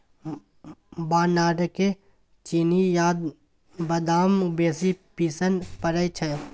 बानरके चिनियाबदाम बेसी पसिन पड़य छै